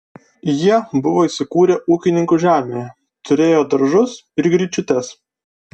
jie buvo įsikūrę ūkininkų žemėje turėjo daržus ir gryčiutes